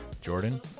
Jordan